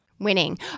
Winning